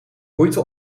moeite